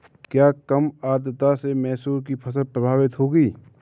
क्या कम आर्द्रता से मसूर की फसल प्रभावित होगी?